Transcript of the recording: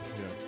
yes